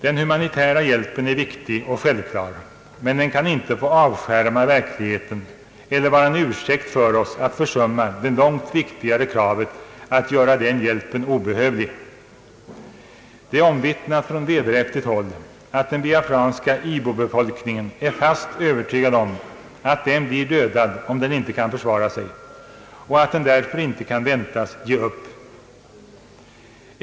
Den humanitära hjälpen är viktig och självklar, men den kan inte få avskärma verkligheten eller vara en ursäkt för oss att försumma det långt viktigare kravet att göra den hjälpen obehövlig. Det är omvittnat från vederhäftigt håll att den biafranska ibobefolkningen är fast övertygad om att den blir dödad om den inte kan försvara sig och att den därför inte kan väntas att ge upp.